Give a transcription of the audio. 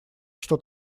что